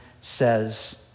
says